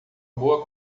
boa